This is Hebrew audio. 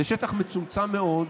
זה שטח מצומצם מאוד,